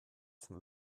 zum